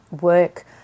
work